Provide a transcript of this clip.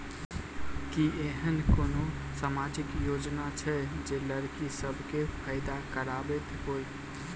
की एहेन कोनो सामाजिक योजना छै जे लड़की सब केँ फैदा कराबैत होइ?